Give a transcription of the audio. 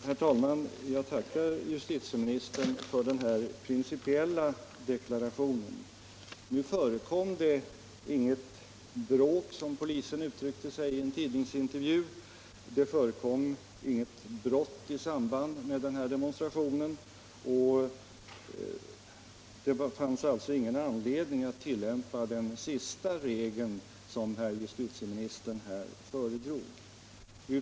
Herr talman! Jag tackar justitieministern för den principiella deklarationen. Nu förekom det inget bråk, som polisen uttryckte sig i en tidningsintervju, det förekom inget brott i samband med den här demonstrationen, så det fanns alltså ingen anledning att tillämpa den sista regeln som herr justitieministern föredrog.